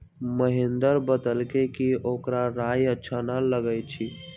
महेंदर बतलकई कि ओकरा राइ अच्छा न लगई छई